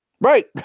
Right